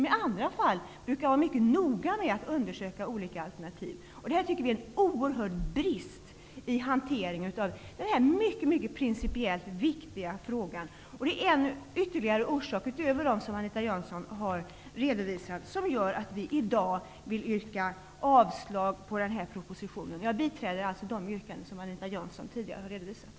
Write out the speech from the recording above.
I andra fall brukar utskottet vara mycket noga med att undersöka olika alternativ. Vi ser en oerhört stor brist i hanteringen av den här principiellt mycket viktiga frågan. Förutom de orsaker som Anita Jönsson har redovisat gör också detta att vi i dag yrkar avslag på propositionen. Jag biträder alltså de yrkanden som Anita Jönsson tidigare har redovisat.